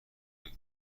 این